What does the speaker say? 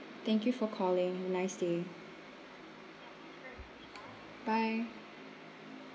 thank you for calling have a nice day bye